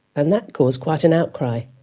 and that caused quite an outcry.